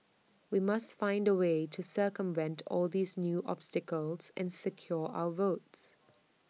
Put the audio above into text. we must find A way to circumvent all these new obstacles and secure our votes